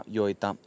joita